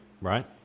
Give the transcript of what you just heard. Right